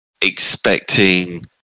expecting